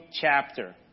chapter